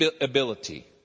ability